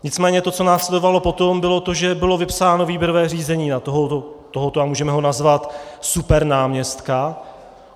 Nicméně to, co následovalo potom, bylo to, že bylo vypsáno výběrové řízení na tohoto a můžeme ho nazvat supernáměstka.